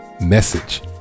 message